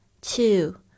Two